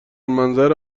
منظر